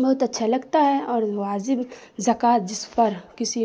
بہت اچھا لگتا ہے اور واجب زکوٰۃ جس پر کسی